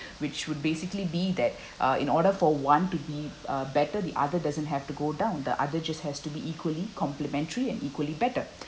which would basically be that uh in order for one to be uh better the other doesn't have to go down the other just has to be equally complimentary and equally better